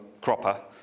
cropper